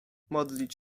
modlić